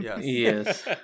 Yes